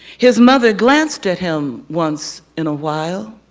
his mother glanced at him once in a while.